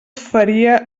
feria